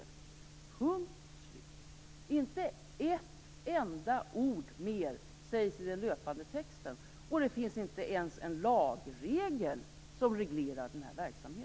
Det sägs inte ett enda ord mer i den löpande texten, och det finns inte ens en lagregel som reglerar denna verksamhet.